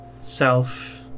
self